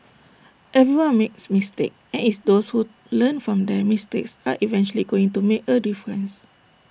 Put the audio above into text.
everyone makes mistakes and IT is those who learn from their mistakes are eventually going to make A difference